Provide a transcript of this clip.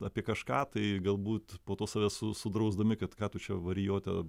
apie kažką tai galbūt po to save su sudrausdami kad ką tu čia varijote